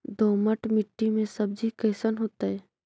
दोमट मट्टी में सब्जी कैसन होतै?